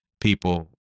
people